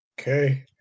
Okay